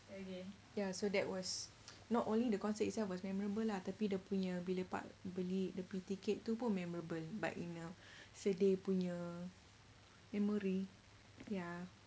ya so that was not only the concert itself was memorable lah tapi dia punya bila part beli tiket itu pun memorable but in a sedih punya memory ya